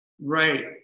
Right